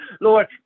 Lord